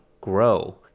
grow